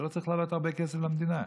זה לא צריך לעלות הרבה כסף למדינה.